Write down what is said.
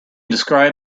describe